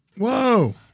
Whoa